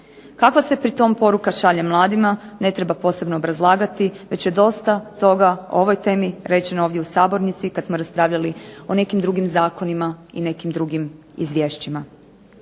Kakva se pri tome poruka šalje mladima ne treba posebno izlagati, već je dosta o ovoj temi rečeno u ovdje u sabornici kada smo raspravljali o nekim drugim zakonima i nekim drugim izvješćima.